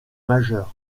majeures